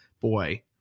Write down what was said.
Boy